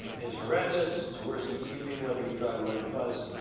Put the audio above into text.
is horrendous. worse than evening. whether you drive or ride the bus.